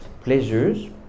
pleasures